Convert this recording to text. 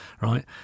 right